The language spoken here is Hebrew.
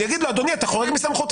אני אגיד לו: אדוני, אתה חורג מסמכותך.